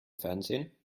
fernsehen